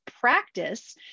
practice